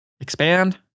expand